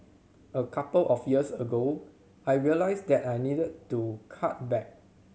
a couple of years ago I realised that I needed to cut back